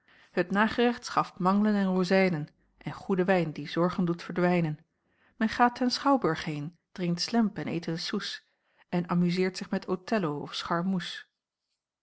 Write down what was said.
het nagerecht schaft manglen en rozijnen en goeden wijn die zorgen doet verdwijnen men gaat ten schouwburg heen drinkt slemp en eet een soes en amuzeert zich met othello of